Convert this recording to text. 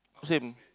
same